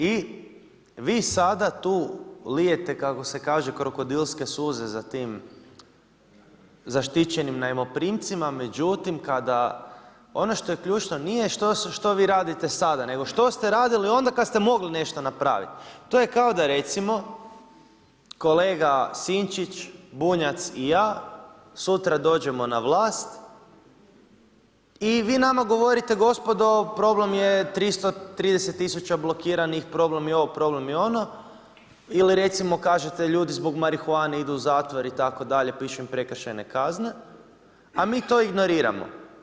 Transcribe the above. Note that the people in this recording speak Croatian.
I vi sada tu lijete kako se kaže krokodilske suze za tim zaštićenim najmoprimcima, međutim kada ono što je ključno, nije što vi radite sada nego što ste radili onda kad ste mogli nešto napraviti, to je kao da recimo kolega Sinčić, Bunjac i ja sutra dođemo na vlast i vi nama govorite gospodo, problem je 330 000 blokiranih, problem je ovo, problem je ono ili recimo kažete ljudi zbog marihuane idu u zatvor itd., pišem prekršajne kazne, a mi to ignoriramo.